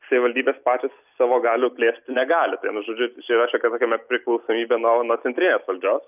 savivaldybės pačios savo galių plėsti negali vienu žodžiu čia yra šiokia tokia priklausomybė nuo nuo centrinės valdžios